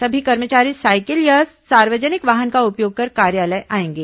सभी कर्मचारी साइकिल या सार्वजनिक वाहन का उपयोग कर कार्यालय आएंगे